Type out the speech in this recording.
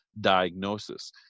diagnosis